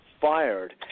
fired